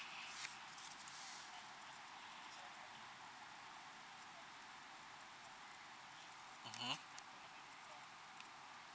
mmhmm